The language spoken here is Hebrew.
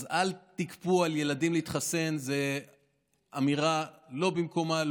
אז "אל תכפו על ילדים להתחסן" זו אמירה לא במקומה,